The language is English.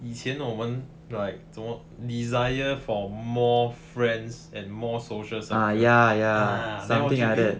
以前我们 like 怎么 desire for more friends and more social circle ah